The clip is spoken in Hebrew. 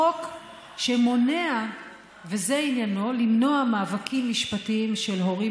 חוק שעניינו למנוע מאבקים משפטיים של הורים